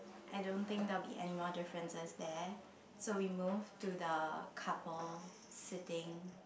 I don't think there will be anymore differences there so we move to the couple sitting